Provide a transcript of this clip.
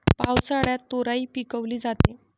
पावसाळ्यात तोराई पिकवली जाते